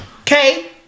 okay